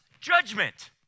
judgment